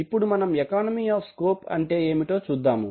ఇప్పుడు మనం economy of scope అంటే ఏమిటో చూద్దాం